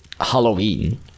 Halloween